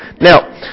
Now